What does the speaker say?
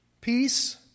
peace